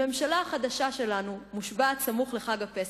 הממשלה החדשה שלנו מושבעת סמוך לחג הפסח,